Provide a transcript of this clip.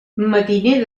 matiner